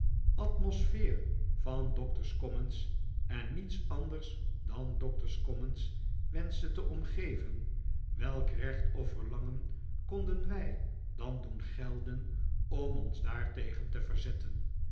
atmosfeer van doctors commons en niets anders dan doctors commons wenschte te omgeven welk recht of verlangen konden wij dan doen gelden om ons daartegen te verzetten